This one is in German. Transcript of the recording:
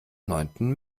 neunten